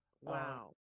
Wow